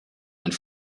and